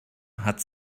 hat